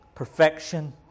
Perfection